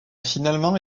finalement